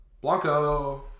Blanco